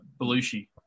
Belushi